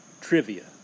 Trivia